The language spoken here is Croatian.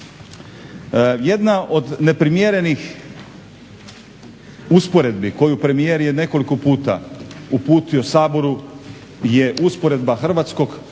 Jedna od neprimjerenih usporedbi koju premijer je nekoliko puta uputio Saboru je usporedba hrvatskog pravnog